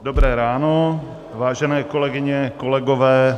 Dobré ráno, vážené kolegyně, kolegové.